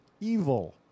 evil